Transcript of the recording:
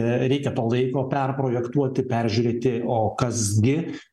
reikia to laiko perprojektuoti peržiūrėti o kas gi